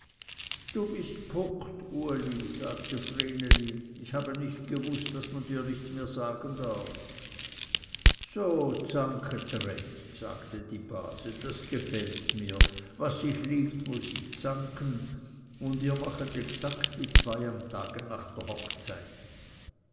du bist puckt uli sagte vreneli ich habe nicht gewußt daß man dir nichts mehr sagen darf so zanket recht sagte die base das gefällt mir was sich liebt muß sich zanken und ihr machet exakt wie zwei am tage nach der hochzeit